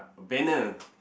uh banner